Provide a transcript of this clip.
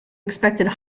expected